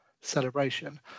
celebration